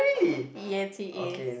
ya three As